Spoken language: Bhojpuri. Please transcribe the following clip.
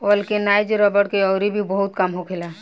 वल्केनाइज रबड़ के अउरी भी बहुते काम होखेला